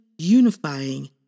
unifying